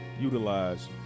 utilize